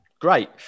Great